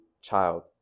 child